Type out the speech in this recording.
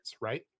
right